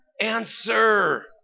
Answer